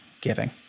giving